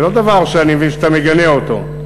זה לא דבר שאני מבין שאתה מגנה אותו.